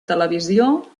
televisió